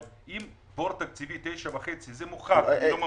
אבל בור תקציבי של 9.6 זה מוכח, אני לא ממציא.